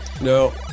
No